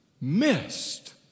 missed